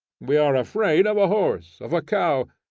we are afraid of a horse, of a cow,